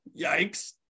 yikes